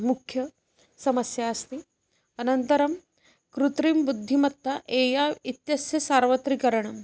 मुख्या समस्या अस्ति अनन्तरं कृत्रिमबुद्धिमत्ता ए आय् इत्यस्य सार्वत्रिककरणम्